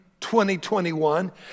2021